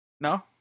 No